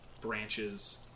branches